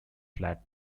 flat